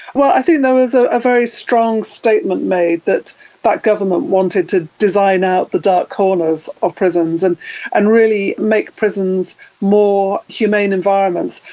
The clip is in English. well, i think there was a very strong statement made that that government wanted to do design out the dark corners of prisons and and really make prisons more humane environments,